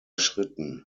schritten